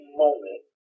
moment